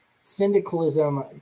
syndicalism